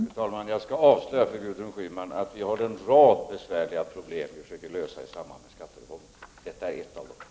Fru talman! Jag skall avslöja för Gudrun Schyman att vi har en rad besvärliga problem att försöka lösa i samband med skattereformen. Det här är ett av dem.